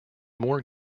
more